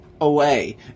away